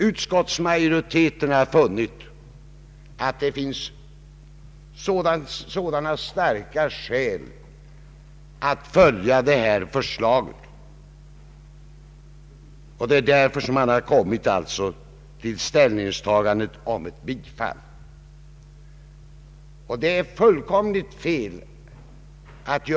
Utskottsmajoriteten har funnit att det finns starka skäl att följa detta förslag och har därför ansett sig böra tillstyrka bifall till förslaget.